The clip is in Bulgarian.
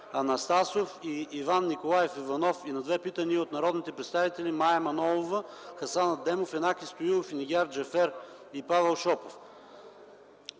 Анастасов и Иван Николаев Иванов и на две питания от народните представители Мая Манолова, Хасан Адемов, Янаки Стоилов и Нигяр Джафер; и Павел Шопов.